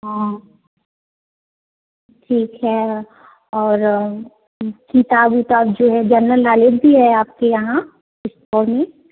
हाँ ठीक है और किताब विताब जो है जनरल नोलेज भी है आप के यहाँ इस्टोर में